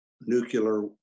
nuclear